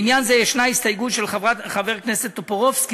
בעניין זה יש הסתייגות של חבר הכנסת טופורובסקי.